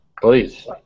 Please